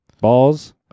balls